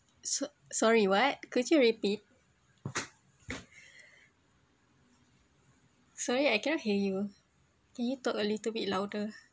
so sorry what could you repeat sorry I cannot hear you can you talk a little bit louder